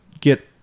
get